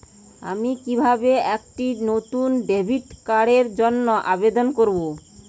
আমি কিভাবে একটি নতুন ডেবিট কার্ডের জন্য আবেদন করব?